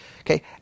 Okay